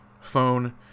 phone